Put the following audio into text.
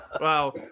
Wow